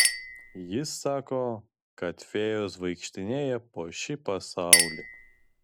jis sako kad fėjos vaikštinėja po šį pasaulį